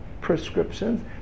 prescriptions